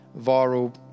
viral